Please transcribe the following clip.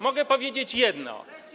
Mogę powiedzieć jedno.